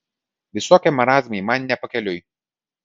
visokie marazmai man ne pakeliui